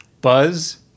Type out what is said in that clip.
Buzz